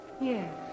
Yes